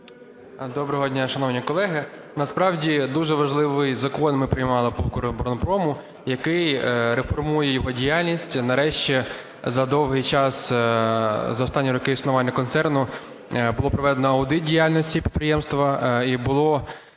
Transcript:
Доброго дня, шановні колеги. Насправді дуже важливий Закон ми приймали по "Укроборонпрому", який реформує його діяльність, нарешті за довгий час, за останні роки існування концерну було проведено аудит діяльності підприємства, і було